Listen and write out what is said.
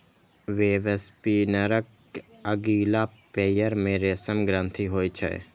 वेबस्पिनरक अगिला पयर मे रेशम ग्रंथि होइ छै